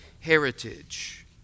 heritage